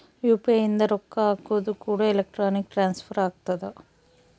UPI ಇಂದ ರೊಕ್ಕ ಹಕೋದು ಕೂಡ ಎಲೆಕ್ಟ್ರಾನಿಕ್ ಟ್ರಾನ್ಸ್ಫರ್ ಆಗ್ತದ